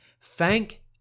thank